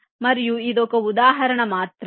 మరియు ఇది ఒక ఉదాహరణ మాత్రమే